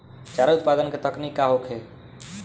चारा उत्पादन के तकनीक का होखे?